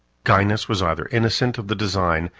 gainas was either innocent of the design,